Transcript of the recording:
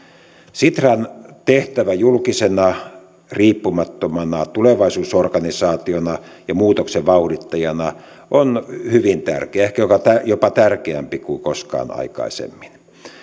sitran tehtävä julkisena riippumattomana tulevaisuusorganisaationa ja muutoksen vauhdittajana on hyvin tärkeä ehkä jopa tärkeämpi kuin koskaan aikaisemmin